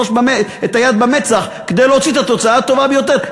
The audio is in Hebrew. היד במצח כדי להוציא את התוצאה הטובה ביותר,